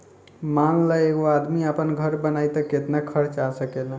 मान ल एगो आदमी आपन घर बनाइ त केतना खर्च आ सकेला